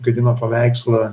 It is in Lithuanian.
gadino paveikslą